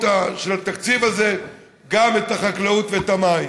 של התקציב הזה גם את החקלאות ואת המים.